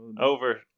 Over